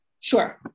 Sure